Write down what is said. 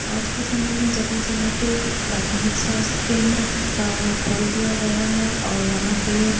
आज के समय में जगह जगह पर प्राथमिक स्वास्थ केंद्र खोल दिया गया है और वहाँ पर